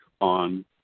on